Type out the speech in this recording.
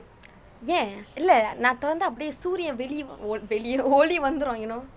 ஏன் இல்லை நான் துறந்தா அப்படியே சூரியன் வெளி வெளியும் ஒளி வந்திரும்:aen illai naan thurnthaa appadiye suriyan veli veliyum oli vanthirum you know